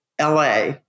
LA